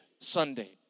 Sunday